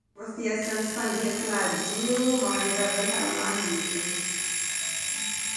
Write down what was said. Fiasan'ny fandrehetana jiro: magnazava tany ma izy.